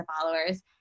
followers